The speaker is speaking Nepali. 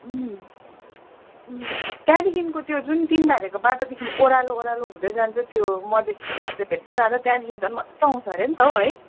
त्यहाँदेखिको त्यो जुन तिनधारेको बाटोदेखि ओह्रालो ओह्रालो हुँदै जान्छ त्यो मधेस भेट्दै भेट्दै जाँदा त्यहाँदेखि झन् मजा आउँछ अरे नि त हौ है